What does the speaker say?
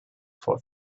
for